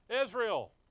Israel